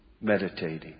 Meditating